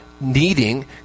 Needing